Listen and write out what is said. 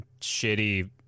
shitty